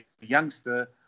youngster